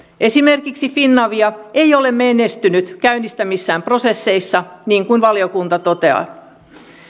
esimerkiksi finavia ei ole menestynyt käynnistämissään prosesseissa niin kuin valiokunta toteaa